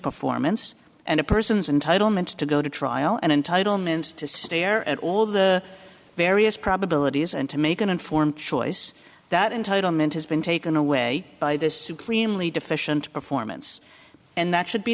performance and a person's in title meant to go to trial and entitlement to stare at all the various probabilities and to make an informed choice that entitlement has been taken away by this supremely deficient performance and that should be